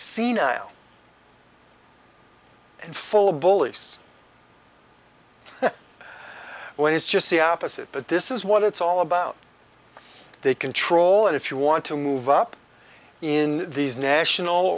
senile and full of bullies when it's just the opposite but this is what it's all about they control and if you want to move up in these national